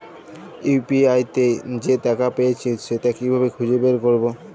UPI তে যে টাকা পেয়েছি সেটা কিভাবে খুঁজে বের করবো?